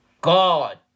God